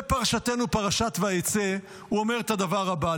על פרשתנו, פרשת ויצא, הוא אומר את הדבר הבא.